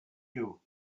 you